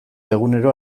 egunero